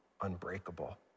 unbreakable